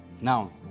now